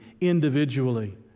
individually